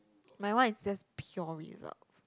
mine one is just pure results